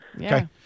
Okay